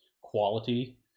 quality